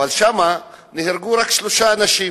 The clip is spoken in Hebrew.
אבל שם נהרגו רק שלושה אנשים,